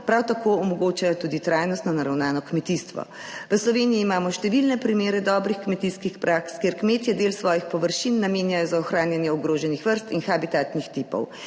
prav tako omogočajo tudi trajnostno naravnano kmetijstvo. V Sloveniji imamo številne primere dobrih kmetijskih praks, kjer kmetje del svojih površin namenjajo za ohranjanje ogroženih vrst in habitatnih tipov.